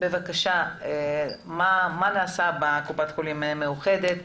מה נעשה בקופת חולים "מאוחדת"?